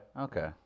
Okay